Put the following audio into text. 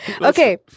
Okay